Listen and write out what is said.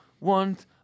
want